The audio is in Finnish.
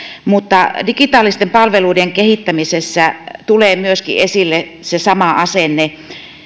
mutta digitaalisten palveluiden kehittämisessä tulee myöskin esille se sama asenne